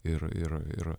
ir ir ir